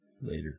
later